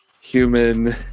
human